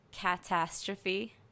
catastrophe